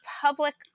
public